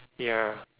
ya